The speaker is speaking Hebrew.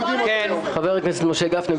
--- חבר הכנסת משה גפני,